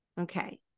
Okay